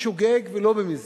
לא בשוגג ולא במזיד,